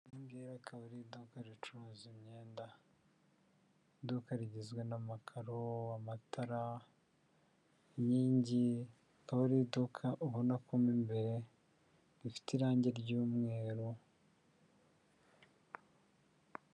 Iringiri akaba ari iduka ricuruza imyenda iduka rigizwe amakaro, amatara inkingi akaba ari iduka ubona ko imbere rifite irangi ry'umweru.